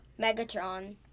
Megatron